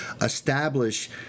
establish